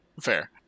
Fair